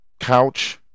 couch